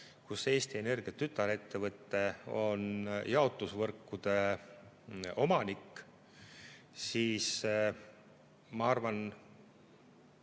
ja Eesti Energia tütarettevõte on jaotusvõrkude omanik, ma arvan,